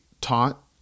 taught